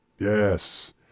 Yes